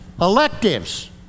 electives